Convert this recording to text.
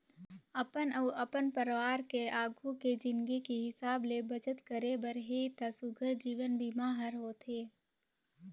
अपन अउ अपन परवार के आघू के जिनगी के हिसाब ले बचत करे बर हे त सुग्घर जीवन बीमा हर होथे